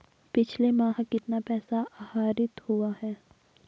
पिछले माह कितना पैसा आहरित हुआ है?